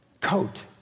coat